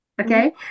Okay